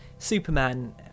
Superman